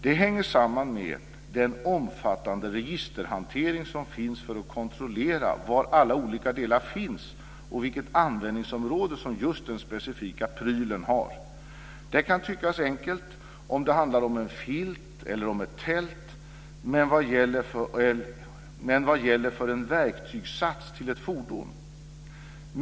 Det hänger samman med den omfattande registerhantering som finns för att kontrollera var alla olika delar finns och vilket användningsområde som just den specifika prylen har. Det kan tyckas enkelt om det handlar om en filt eller om ett tält. Men vad gäller för en verktygssats till ett fordon?